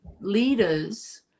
leaders